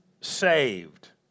saved